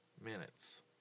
minutes